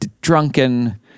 drunken